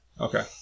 Okay